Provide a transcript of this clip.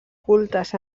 cultes